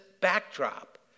backdrop